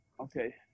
Okay